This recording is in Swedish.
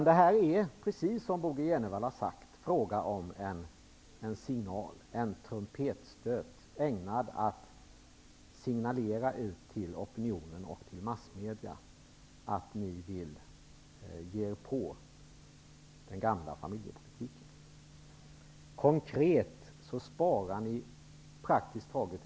Det här är, precis som Bo G Jenevall har sagt, en fråga om en signal, en trumpetstöt, ägnad att signalera ut till opinionen och till massmedierna att ni vill ge er på den gamla familjepolitiken.